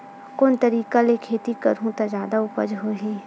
कोन तरीका ले खेती करहु त जादा उपज होही?